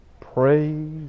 Praise